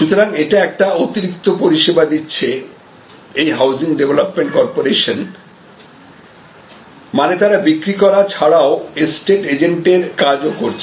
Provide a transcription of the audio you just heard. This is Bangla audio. সুতরাং এটা একটা অতিরিক্ত পরিসেবা দিচ্ছে এই হাউসিং ডেভলপমেন্ট কর্পোরেশন মানে তারা বিক্রি করা ছাড়াও এস্টেট এজেন্টের কাজ ও করছে